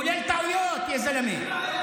כולל טעויות, יא זלמה.